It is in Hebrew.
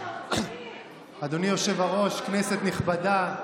אדוני היושב-ראש, כנסת נכבדה,